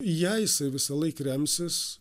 ja jisai visąlaik remsis